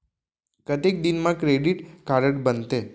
कतेक दिन मा क्रेडिट कारड बनते?